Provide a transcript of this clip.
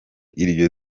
iryo